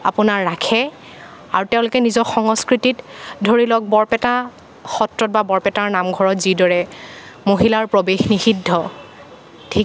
আপোনাৰ ৰাখে আৰু তেওঁলোকে নিজৰ সংস্কৃতিত ধৰি লওক বৰপেটা সত্ৰত বা বৰপেটাৰ নামঘৰত যিদৰে মহিলাৰ প্ৰৱেশ নিষিদ্ধ